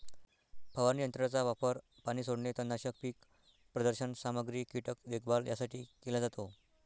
फवारणी यंत्राचा वापर पाणी सोडणे, तणनाशक, पीक प्रदर्शन सामग्री, कीटक देखभाल यासाठी केला जातो